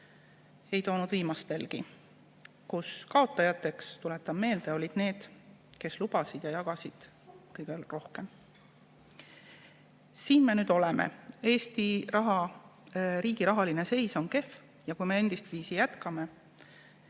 Ei toonud viimastelgi, kus kaotajateks, tuletan meelde, olid need, kes lubasid ja jagasid kõige rohkem. Siin me nüüd oleme. Eesti riigi rahaline seis on kehv, ja kui me endistviisi jätkame,